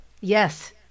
Yes